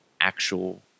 actual